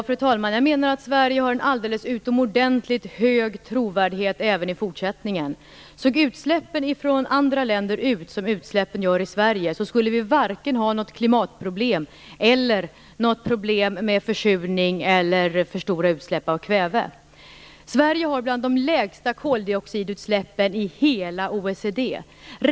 Fru talman! Jag menar att Sverige har en alldeles utomordentligt hög trovärdighet även i fortsättningen. Om utsläppen i andra länder såg ut som utsläppen i Sverige skulle vi varken ha något klimatproblem eller något problem med försurning och för stora utsläpp av kväve. Sverige har bland de lägsta koldioxidutsläppen i hela OECD.